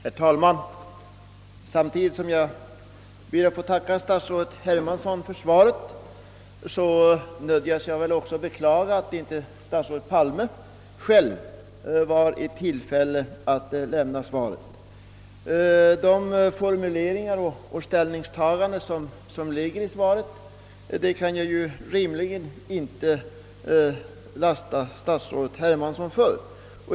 Herr talman! Samtidgt som jag ber att få tacka statsrådet Hermansson för svaret nödgas jag beklaga, att statsrådet Palme inte var i tillfälle att själv lämna det. De formuleringar och ställningstaganden, som svaret innehåller, kan jag rimligen inte lasta statsrådet Hermansson för.